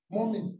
Mommy